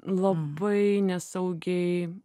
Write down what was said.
labai nesaugiai